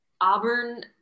Auburn –